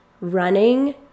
running